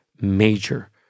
major